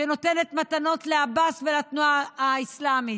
שנותנת מתנות לעבאס ולתנועה האסלאמית.